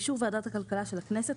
באישור ועדת הכלכלה של הכנסת,